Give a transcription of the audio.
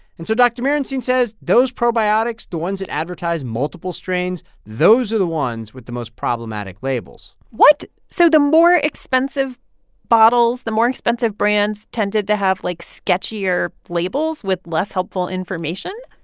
and so dr. merenstein says, those probiotics the ones that advertise multiple strains those are the ones with the most problematic labels what? so the more expensive bottles, the more expensive brands tended to have, like, sketchier labels with less helpful information?